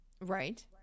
Right